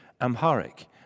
Amharic